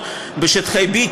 המפחמות בשטחי B,